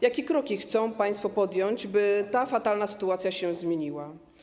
Jakie kroki chcą państwo podjąć, by ta fatalna sytuacja się zmieniła?